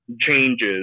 changes